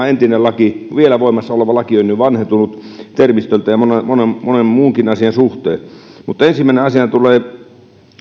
entinen vielä voimassa oleva laki on jo vanhentunut termistöltään ja monen monen muunkin asian suhteen mutta ensimmäisenä asiana tulee